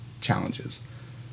challenges